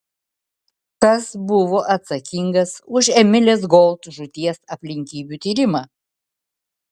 kas buvo atsakingas už emilės gold žūties aplinkybių tyrimą